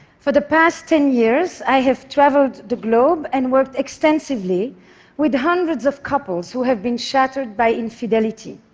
for the past ten years, i have traveled the globe and worked extensively with hundreds of couples who have been shattered by infidelity.